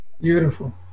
Beautiful